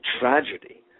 tragedy